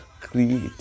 create